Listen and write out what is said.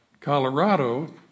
Colorado